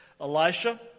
Elisha